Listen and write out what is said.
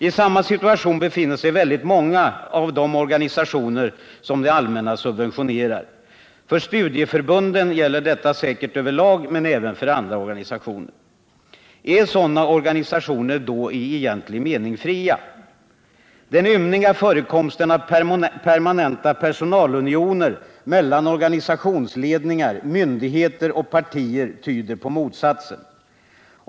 I samma situation befinner sig väldigt många av de organisationer som det allmänna subventionerar. För studieförbunden gäller detta säkert över lag men även för andra organisationer. Är sådana organisationer då i egentlig mening fria? Den ymniga förekomsten av permanenta personalunioner mellan organisationsledningar, myndigheter och partier tyder på motsatsen.